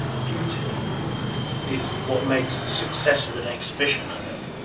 beauty is what makes the success of an exhibition, i think.